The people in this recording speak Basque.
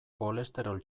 kolesterol